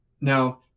Now